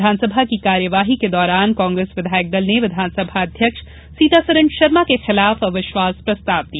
विधानसभा की कार्यवाही के दौरान कांग्रेस विधायक दल ने विधानसभा अध्यक्ष सीतासरण शर्मा के खिलाफ अविश्वास प्रस्ताव दिया